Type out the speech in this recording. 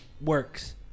works